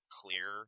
clear